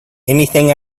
anything